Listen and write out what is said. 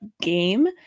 game